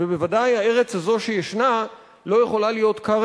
ובוודאי הארץ הזאת שישנה לא יכולה להיות כר